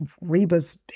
Reba's